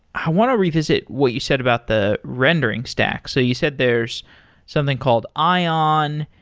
i want to revisit what you said about the rendering stack. so you said there's something called ion,